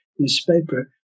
newspaper